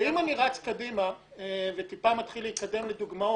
ואם אני רץ קדימה וטיפה מתחיל להתקדם לדוגמאות,